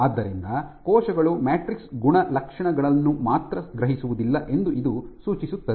ಆದ್ದರಿಂದ ಕೋಶಗಳು ಮ್ಯಾಟ್ರಿಕ್ಸ್ ಗುಣಲಕ್ಷಣಗಳನ್ನು ಮಾತ್ರ ಗ್ರಹಿಸುವುದಿಲ್ಲ ಎಂದು ಇದು ಸೂಚಿಸುತ್ತದೆ